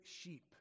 sheep